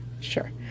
Sure